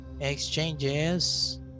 exchanges